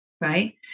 right